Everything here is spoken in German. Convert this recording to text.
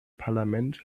parlamente